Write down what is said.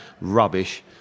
Rubbish